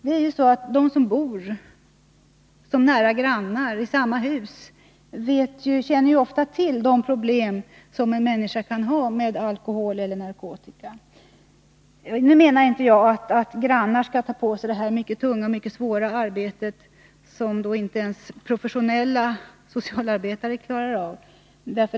De som bor som nära grannar, i samma hus, känner ju ofta till de problem som en människa kan ha med alkohol eller narkotika. Nu menar inte jag att grannar skall ta på sig detta mycket tunga och mycket svåra arbete, som inte ens professionella socialarbetare klarar av.